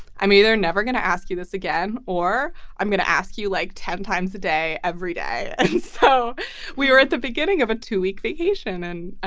i'm either never gonna ask you this again or i'm going to ask you like ten times a day every day so we were at the beginning of a two week vacation and a